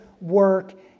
work